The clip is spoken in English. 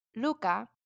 Luca